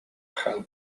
chael